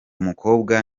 mukobwa